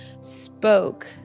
spoke